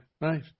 Right